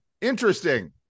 Interesting